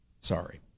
Sorry